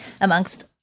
amongst